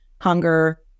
hunger